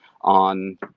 on